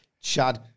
Chad